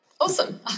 Awesome